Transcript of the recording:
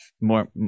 More